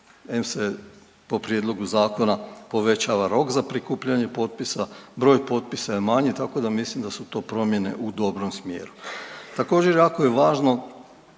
se po prijedlogu zakona povećava rok za prikupljanje potpisa, broj potpisa je manji tako da mislim da su to promjene u dobrom smjeru. Također jako je važno